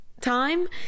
time